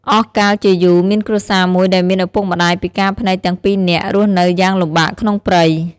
អស់កាលជាយូរ មានគ្រួសារមួយដែលមានឪពុកម្ដាយពិការភ្នែកទាំងពីរនាក់ រស់នៅយ៉ាងលំបាកក្នុងព្រៃ។